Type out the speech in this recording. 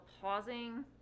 pausing